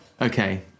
Okay